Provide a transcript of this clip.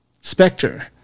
Spectre